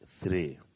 three